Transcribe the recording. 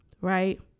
right